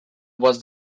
was